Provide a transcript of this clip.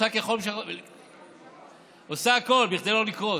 עושה הכול כדי לא לקרוס.